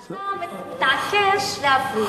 אתה מתעקש להבחין,